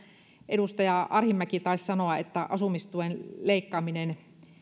edustaja arhinmäki taisi sanoa että asumistuen leikkaaminen